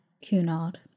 Cunard